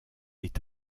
est